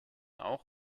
auch